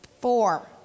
Four